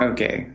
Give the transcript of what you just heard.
Okay